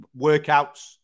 workouts